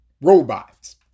robots